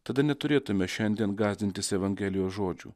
tada neturėtume šiandien gąsdintis evangelijos žodžių